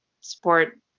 support